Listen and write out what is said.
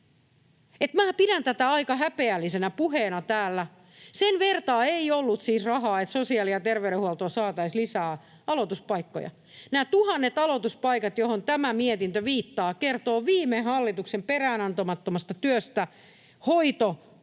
Minä pidän tätä aika häpeällisenä puheena täällä. Sen vertaa ei ollut siis rahaa, että sosiaali‑ ja terveydenhuoltoon saataisiin lisää aloituspaikkoja. Nämä tuhannet aloituspaikat, joihin tämä mietintö viittaa, kertovat viime hallituksen peräänantamattomasta työstä hoitohenkilöstöpulan